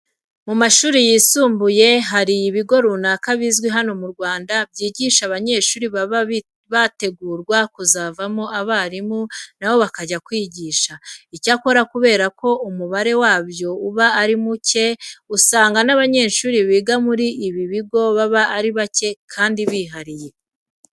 Mu mashuri yisumbuye hari ibigo runaka bizwi hano mu Rwanda byigisha abanyeshuri baba bategurirwa kuzavamo abarimu na bo bakajya kwigisha. Icyakora kubera ko umubare wabyo uba ari muke, usanga n'abanyeshuri biga muri ibi bigo baba ari bake kandi bihariye.